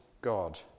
God